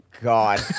god